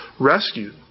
rescued